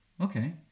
okay